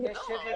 שאיבד